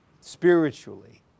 spiritually